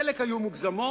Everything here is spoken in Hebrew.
חלק היו מוגזמות,